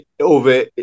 over